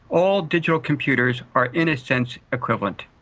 all digital computers are in a sense equivalent.